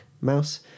Mouse